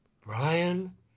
Brian